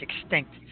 extinct